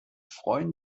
freuen